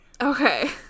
Okay